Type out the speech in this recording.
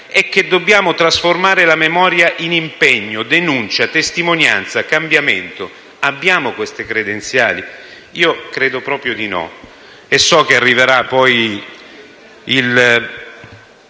Dobbiamo trasformare la memoria in impegno, denuncia, testimonianza e cambiamento». Abbiamo queste credenziali? Io credo proprio di no. So che poi arriverà il